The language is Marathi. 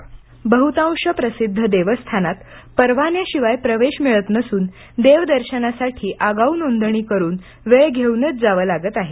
ध्वनी बहुतांश प्रसिद्ध देवस्थानात परवान्याशिवाय प्रवेश मिळत नसून देव दर्शनासाठी आगाऊ नोंदणी करून वेळ घेऊनच जावं लागत आहे